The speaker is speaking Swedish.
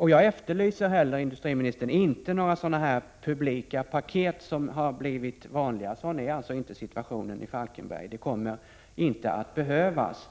Jag efterlyser inte, industriministern, några publika paket, som har blivit vanliga på senare tid. Sådan är inte situationen i Falkenberg. Det kommer inte att behövas.